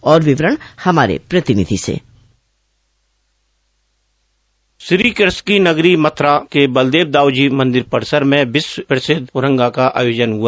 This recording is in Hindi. और विवरण हमारे प्रतिनिधि से श्रीकृष्ण की नगरी मथुरा के बलदेव दाऊजी मंदिर परिसर में विश्व प्रसिद्ध हुरंगा का आयोजन हुआ